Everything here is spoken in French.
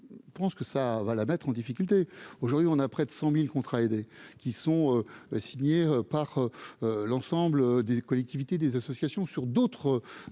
je pense que ça va la mettre en difficulté, aujourd'hui on a près de 100000 contrats aidés qui sont signés par l'ensemble des collectivités, des associations sur d'autres